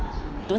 don't